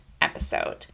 episode